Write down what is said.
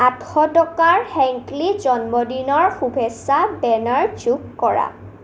আঠশ টকাৰ হেংক্লী জন্মদিনৰ শুভেচ্ছাৰ বেনাৰ যোগ কৰা